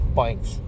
points